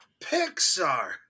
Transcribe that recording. Pixar